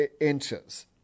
inches